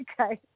okay